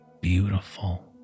beautiful